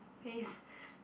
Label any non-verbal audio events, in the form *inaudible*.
face *breath*